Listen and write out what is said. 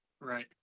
Right